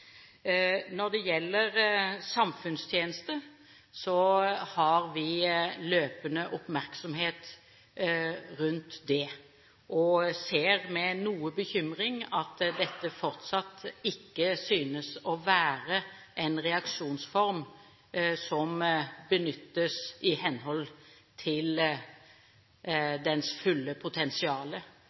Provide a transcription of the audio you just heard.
Når det gjelder samfunnstjeneste, har vi løpende oppmerksomhet rundt det, og vi ser med noe bekymring at dette fortsatt ikke synes å være en reaksjonsform som benyttes i henhold til dens fulle potensial.